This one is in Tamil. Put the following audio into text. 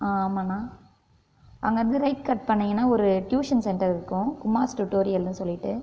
ஆமாம் ஆமாம் அண்ணா அங்கே இருந்து ஒரு ரைட் கட் பண்ணீங்கன்னா ஒரு டியூஷன் சென்டர் இருக்கும் உமாஷ் டுட்டோரியல்ன்னு சொல்லிகிட்டு